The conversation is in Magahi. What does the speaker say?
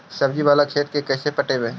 सब्जी बाला खेत के कैसे पटइबै?